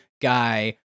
guy